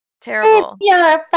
Terrible